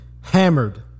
Hammered